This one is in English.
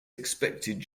expected